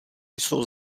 jsou